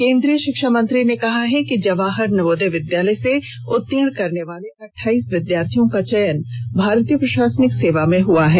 केंद्रीय शिक्षामंत्री ने कहा है कि जवाहर नवोदय विद्यालय से उर्त्तीण करने वाले अटठाईस विद्यार्थियों का चयन भारतीय प्रशासनिक सेवा में हुआ है